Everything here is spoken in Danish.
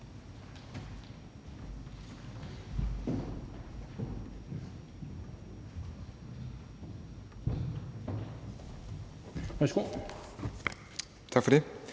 Tak for det.